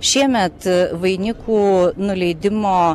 šiemet vainikų nuleidimo